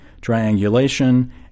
triangulation